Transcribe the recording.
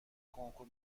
کنکور